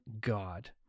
God